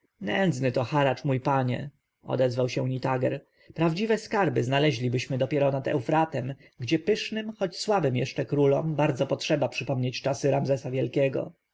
nędzny to haracz mój panie odezwał się nitager prawdziwe skarby znaleźlibyśmy dopiero nad eufratem gdzie pysznym choć jeszcze słabym królom bardzo potrzeba przypomnieć czasy ramzesa wielkiego